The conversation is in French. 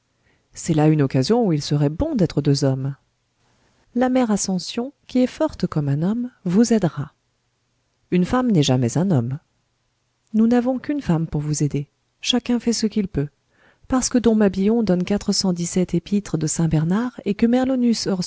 c'est là une occasion où il serait bon d'être deux hommes la mère ascension qui est forte comme un homme vous aidera une femme n'est jamais un homme nous n'avons qu'une femme pour vous aider chacun fait ce qu'il peut parce que dom mabillon donne quatre cent dix-sept épîtres de saint bernard et que